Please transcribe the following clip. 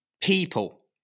people